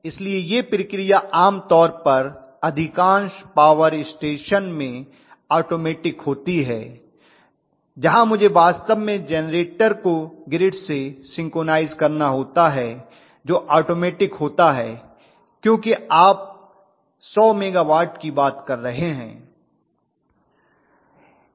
इसलिए यह प्रक्रिया आम तौर पर अधिकांश पॉवर स्टेशन में ऑटोमैटिक होती है जहां मुझे वास्तव में जेनरेटर को ग्रिड से सिंक्रनाइज़ करना होता है जो ऑटोमैटिक होता है कियोंकि आप 100 मेगावाट की बात कर रहे हैं